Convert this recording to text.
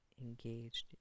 engaged